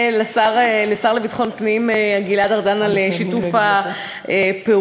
ולשר לביטחון פנים גלעד ארדן על שיתוף הפעולה,